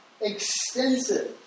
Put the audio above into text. extensive